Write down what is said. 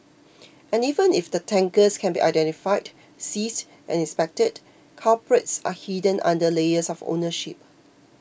and even if the tankers can be identified seized and inspected culprits are hidden under layers of ownership